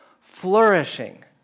flourishing